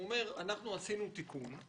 הוא אומר: "אנחנו עשינו תיקון",